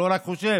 לא רק חושב,